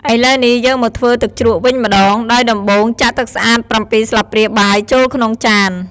ឥឡូវនេះ យើងមកធ្វើទឹកជ្រក់វិញម្តង ដោយដំបូង ចាក់ទឹកស្អាត ៧ ស្លាបព្រាបាយចូលក្នុងចាន។